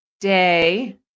day